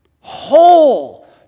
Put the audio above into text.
whole